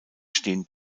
stehen